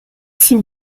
six